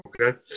Okay